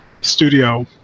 studio